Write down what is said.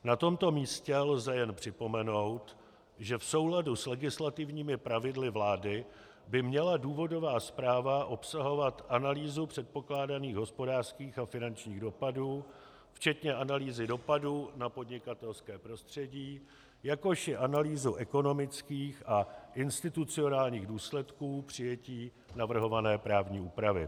Na tomto místě lze jen připomenout, že v souladu s legislativními pravidly vlády by měla důvodová zpráva obsahovat analýzu předpokládaných hospodářských a finančních dopadů včetně analýzy dopadů na podnikatelské prostředí, jakož i analýzu ekonomických a institucionálních důsledků přijetí navrhované právní úpravy.